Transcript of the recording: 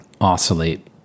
oscillate